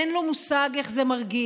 אין לו מושג איך זה מרגיש.